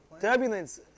Turbulence